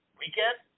weekend